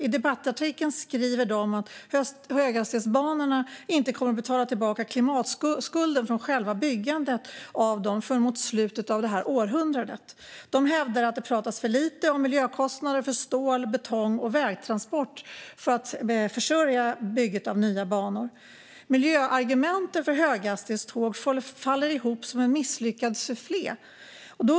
I debattartikeln skriver de att höghastighetsbanorna inte kommer att betala tillbaka klimatskulden från själva byggandet av dem förrän mot slutet av det här århundradet. De hävdar att det talas för lite om miljökostnaderna för stål, betong och vägtransport för att försörja bygget av nya banor. Miljöargumenten för höghastighetståg faller ihop som en misslyckad sufflé.